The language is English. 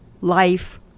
life